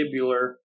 Fibular